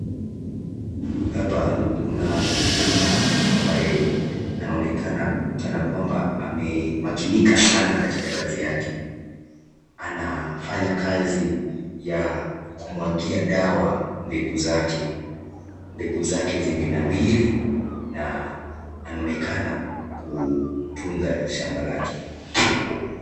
Hapa kuna mkulima ambaye anaonekana kana kwamba amemakinika sana katika kazi yake, anafanya kazi ya kumwagia dawa mbegu zake, mbegu zake zimenawiri na anaonekana kutunza shamba lake.